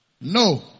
No